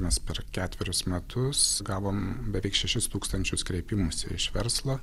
mes per ketverius metus gavom beveik šešis tūkstančius kreipimųsi iš verslo